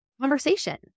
conversation